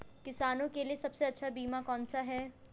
किसानों के लिए सबसे अच्छा बीमा कौन सा है?